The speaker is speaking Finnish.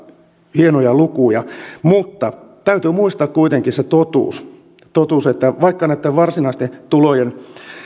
hienoja lukuja mutta täytyy muistaa kuitenkin se totuus totuus että vaikka näitten varsinaisten tulojen